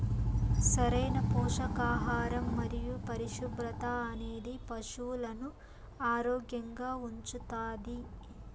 సరైన పోషకాహారం మరియు పరిశుభ్రత అనేది పశువులను ఆరోగ్యంగా ఉంచుతాది